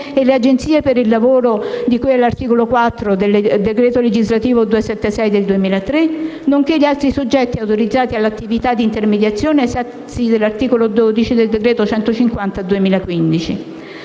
e le agenzie per il lavoro di cui all'articolo 4 del decreto legislativo n. 276 del 2003, nonché gli altri soggetti autorizzati all'attività di intermediazione ai sensi dell'articolo 12 del decreto legislativo